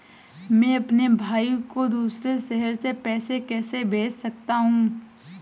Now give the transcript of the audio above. मैं अपने भाई को दूसरे शहर से पैसे कैसे भेज सकता हूँ?